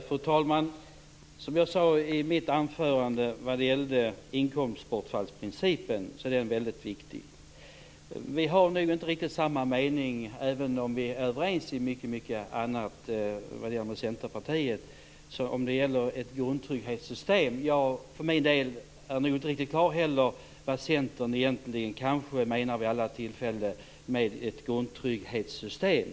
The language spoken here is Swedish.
Fru talman! Som jag sade i mitt anförande är inkomstbortfallsprincipen väldigt viktig. Vi har nog inte riktigt samma mening, även om vi är överens med Centerpartiet om mycket annat. Jag för min del är nog inte riktigt klar över vad Centern menar med grundtrygghetssystem.